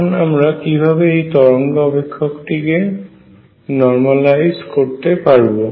এখন আমরা কিভাবে এই তরঙ্গ অপেক্ষকটিকে নর্মালাইজ করতে পারব